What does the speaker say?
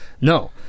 No